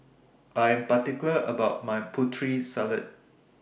I Am particular about My Putri Salad